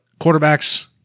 quarterbacks